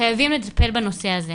חייבים לטפל בנושא הזה.